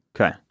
Okay